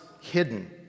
hidden